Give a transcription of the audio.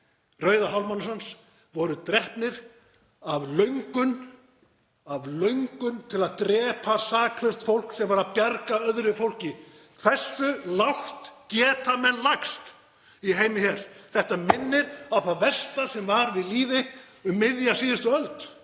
Rauða hálfmánans voru drepnir af löngun, af löngun til að drepa saklaust fólk sem var að bjarga öðru fólki. Hversu lágt geta menn lagst í heimi hér? Þetta minnir á það versta sem var við lýði um miðja síðustu öld